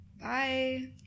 Bye